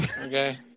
okay